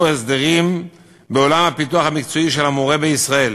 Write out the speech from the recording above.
הסדרים בעולם הפיתוח המקצועי של המורה בישראל.